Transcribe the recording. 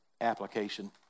application